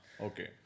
okay